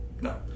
no